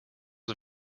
was